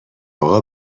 اقا